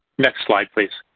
next slide, please.